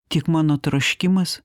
tik mano troškimas